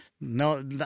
No